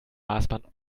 maßband